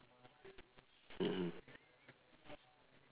mmhmm